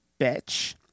bitch